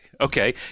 Okay